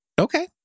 Okay